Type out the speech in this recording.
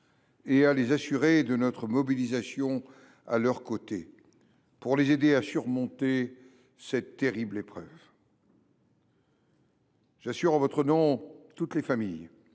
à les assurer de notre mobilisation à leurs côtés pour les aider à surmonter cette terrible épreuve. J’assure toutes les familles,